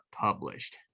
published